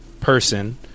person